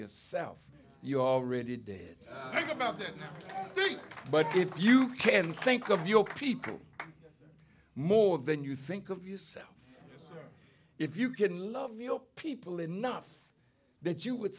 yourself you already did think about that but if you can think of your people more than you think of yourself if you can love your people enough that you would